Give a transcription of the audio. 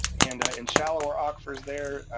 and in shallower aquifers there,